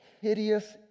hideous